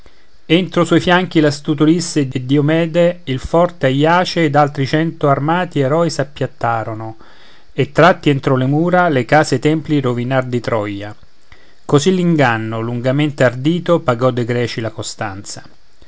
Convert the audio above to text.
entro suoi fianchi l'astuto ulisse e diomede il forte aiace ed altri cento armati eroi s'appiattarono e tratti entro le mura le case e i templi rovinar di troia così l'inganno lungamente ordito pagò dei greci la costanza